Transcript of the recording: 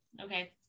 Okay